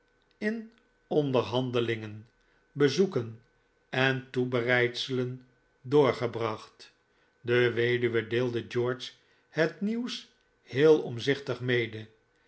in onderhandelingen bezoeken en toebereidselen doorgebracht de weduwe deelde george het nieuws heel omzichtig mede